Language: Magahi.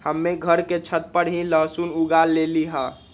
हम्मे घर के छत पर ही लहसुन उगा लेली हैं